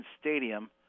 Stadium